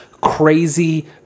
crazy